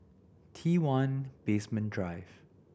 T One Basement Drive